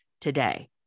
today